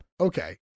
Okay